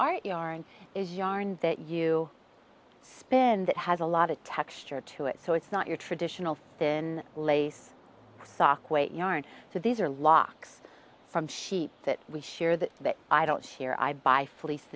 our yarn is yarn that you spin that has a lot of texture to it so it's not your traditional tin lace sock weight yarn so these are locks from sheep that we share that but i don't share i buy fleece